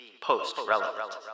post-relevant